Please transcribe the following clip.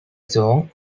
song